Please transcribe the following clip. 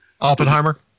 Oppenheimer